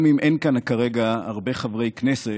גם אם אין כאן כרגע הרבה חברי כנסת,